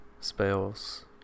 spells